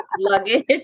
luggage